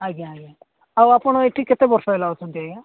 ଆଜ୍ଞା ଆଜ୍ଞା ଆଉ ଆପଣ ଏଠି କେତେ ବର୍ଷ ହେଲା ଅଛନ୍ତି ଆଜ୍ଞା